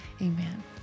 amen